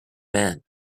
man